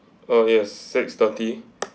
oh yes six-thirty